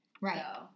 Right